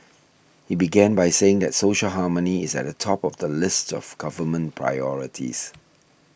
he began by saying that social harmony is at the top of the list of government priorities